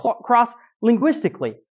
cross-linguistically